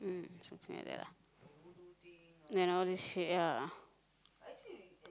mm something like that lah and all these ya